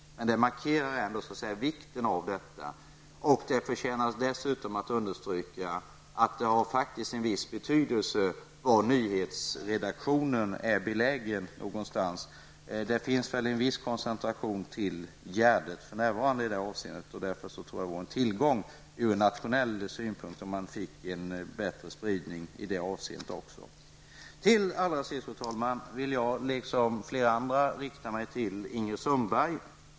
Men det markerar vikten av detta. Det förtjänar också att understrykas att det faktiskt har en viss betydelse var nyhetsredaktionen är belägen. Det finns för närvarande en viss koncentration till Gärdet i det avseendet. Jag tror därför att det vore en tillgång ur nationell synpunkt om man kunde få en bättre spridning. Fru talman! Avslutningsvis vill jag som flera andra vända mig till Ingrid Sundberg.